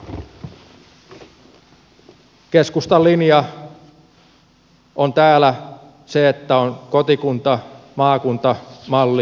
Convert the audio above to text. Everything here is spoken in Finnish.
keskustan linja on täällä se että on kotikuntamaakunta malli